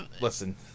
listen